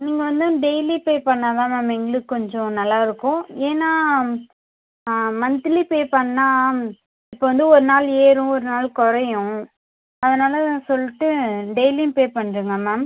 நீங்கள் வந்து daily pay பண்ணால்தான் மேம் எங்களுக்குக் கொஞ்சம் நல்லாயிருக்கும் ஏன்னால் மன்த்லி பே பண்ணால் இப்போ வந்து ஒரு நாள் ஏறும் ஒரு நாள் குறையும் அதனால் சொல்லிட்டு டெய்லியும் பே பண்ணிருங்க மேம்